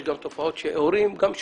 יש גם תופעות שהורים שואפים.